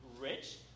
rich